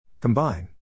Combine